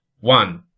One